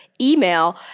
email